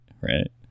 right